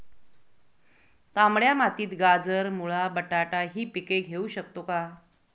तांबड्या मातीत गाजर, मुळा, बटाटा हि पिके घेऊ शकतो का?